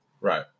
Right